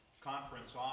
conference